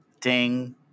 Ding